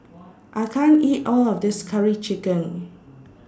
I can't eat All of This Curry Chicken